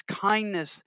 kindness